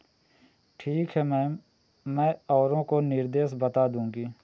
ठीक है मैम मैं औरों को निर्देश बता दूँगी